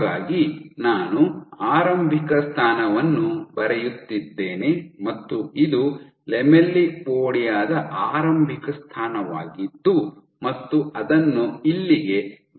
ಹಾಗಾಗಿ ನಾನು ಆರಂಭಿಕ ಸ್ಥಾನವನ್ನು ಬರೆಯುತ್ತಿದ್ದೇನೆ ಮತ್ತು ಇದು ಲ್ಯಾಮೆಲ್ಲಿಪೋಡಿಯಾ ದ ಆರಂಭಿಕ ಸ್ಥಾನವಾಗಿದ್ದು ಮತ್ತು ಅದನ್ನು ಇಲ್ಲಿಗೆ ವಿಸ್ತರಿಸಲಾಗಿದೆ